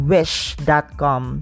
Wish.com